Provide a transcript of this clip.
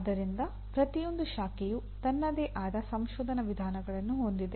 ಆದ್ದರಿಂದ ಪ್ರತಿಯೊಂದು ಶಾಖೆಯು ತನ್ನದೇ ಆದ ಸಂಶೋಧನಾ ವಿಧಾನಗಳನ್ನು ಹೊಂದಿದೆ